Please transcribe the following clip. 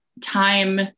time